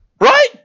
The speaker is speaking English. Right